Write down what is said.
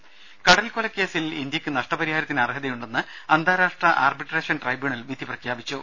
രുദ കടൽ കൊലക്കേസിൽ ഇന്ത്യയ്ക്ക് നഷ്ടപരിഹാരത്തിന് അർഹതയുണ്ടെന്ന് അന്താരാഷ്ട്ര ആർബിട്രേഷൻ ട്രൈബ്യൂണൽ വിധി പ്രഖ്യാപിച്ചു